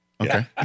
Okay